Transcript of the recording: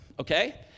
okay